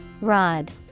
Rod